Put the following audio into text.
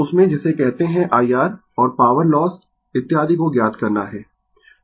तो उसमें जिसे कहते है IR और पॉवर लॉस इत्यादि को ज्ञात करना है